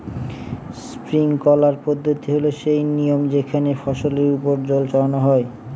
sprinkler পদ্ধতি হল সে নিয়ম যেখানে ফসলের ওপর জল ছড়ানো হয়